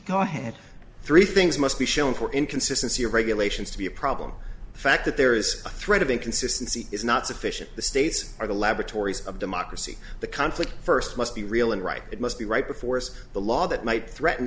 go ahead three things must be shown for inconsistency of regulations to be a problem the fact that there is a threat of inconsistency is not sufficient the states are the laboratories of democracy the conflict first must be real and right it must be right before us the law that might threaten